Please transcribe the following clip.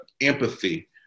empathy